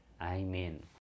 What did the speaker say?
Amen